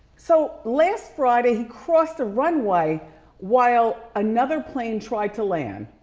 so, last friday he crossed the runway while another plane tried to land.